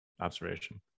observation